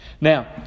Now